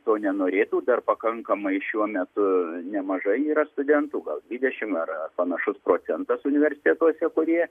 to nenorėtų dar pakankamai šiuo metu nemažai yra studentų gal dvidešimt ar panašus procentas universitetuose kurie